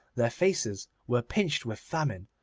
their faces were pinched with famine,